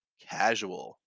casual